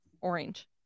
Orange